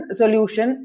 solution